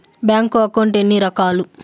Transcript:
bank account ఎన్ని రకాలు